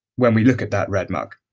when we look at that red mark